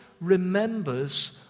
remembers